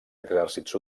exèrcits